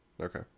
Okay